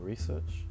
research